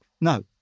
No